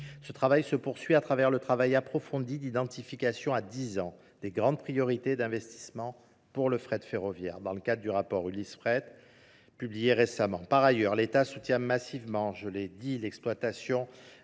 Ce travail se poursuit à travers le travail approfondi d'identification à 10 ans des grandes priorités d'investissement pour le frais de ferroviaire dans le cadre du rapport Ulysse-Fret. Publié récemment. Par ailleurs, l'État soutient massivement, je l'ai dit, l'exploitation